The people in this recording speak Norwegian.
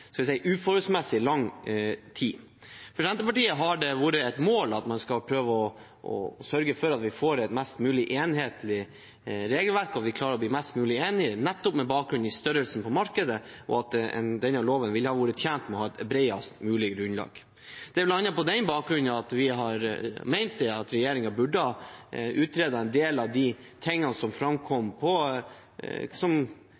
uforholdsmessig lang tid. For Senterpartiet har det vært et mål å prøve å sørge for at vi får et mest mulig enhetlig regelverk, og at vi klarer å bli mest mulig enig, nettopp med bakgrunn i størrelsen på markedet og at denne loven ville ha vært tjent med å ha et bredest mulig flertall. Det er bl.a. på den bakgrunn vi har ment at regjeringen burde ha utredet en del av de tingene som kom fram som